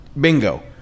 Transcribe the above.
Bingo